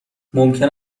ممکن